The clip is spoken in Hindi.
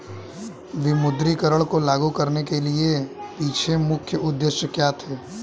विमुद्रीकरण को लागू करने के पीछे मुख्य उद्देश्य क्या थे?